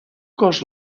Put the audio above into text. cos